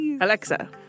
Alexa